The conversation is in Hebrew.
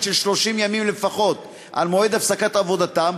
של 30 ימים לפחות על מועד הפסקת עבודתם,